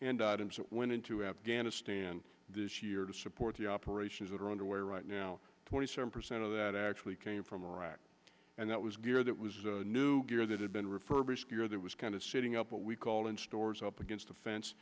and items that went into afghanistan this year to support the operations that are underway right now twenty seven percent of that actually came from iraq and that was gear that was new gear that had been refurbished gear that was kind of sitting up what we call in stores up against a fence